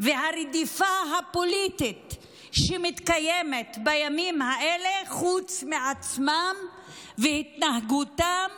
והרדיפה הפוליטית שמתקיימת בימים האלה חוץ מעצמם והתנהגותם